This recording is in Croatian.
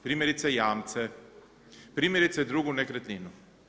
Primjerice jamce, primjerice drugu nekretninu.